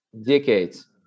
decades